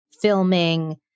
filming